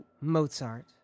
Mozart